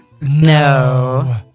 no